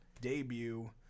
debut